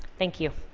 thank you.